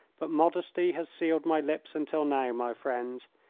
but modesty has sealed my lips, until now, my friends,